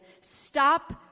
stop